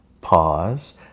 Pause